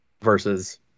versus